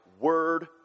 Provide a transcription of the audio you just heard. word